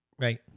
right